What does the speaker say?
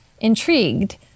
intrigued